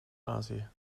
azië